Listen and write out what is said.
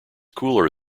cooler